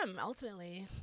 ultimately